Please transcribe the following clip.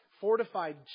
fortified